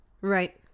Right